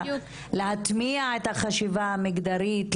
להטמיע את החשיבה המגדרית,